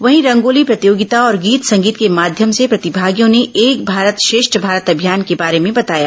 वहीं रंगोली प्रतियोगिता और गीत संगीत के माध्यम से प्रतिभागियों ने एक भारत श्रेष्ठ भारत अभियान के बारे में बताया